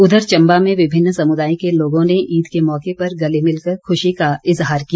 उधर चम्बा में विभिन्न समुदाय के लोगों ने ईद के मौके पर गले मिलकर खुशी का इजहार किया